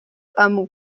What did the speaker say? hameau